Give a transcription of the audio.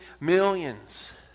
millions